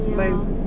你有